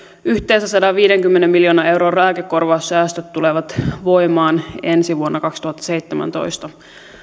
yhteensä sadanviidenkymmenen miljoonan euron lääkekorvaussäästöt tulevat voimaan ensi vuonna kaksituhattaseitsemäntoista